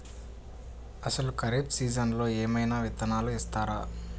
అసలు ఖరీఫ్ సీజన్లో ఏమయినా విత్తనాలు ఇస్తారా?